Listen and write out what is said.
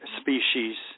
species